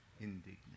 indignant